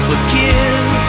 forgive